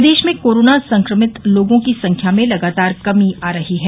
प्रदेश में कोरोना संक्रमित लोगों की संख्या में लगातार कमी आ रही है